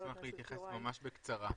אני אתייחס ממש בקצרה.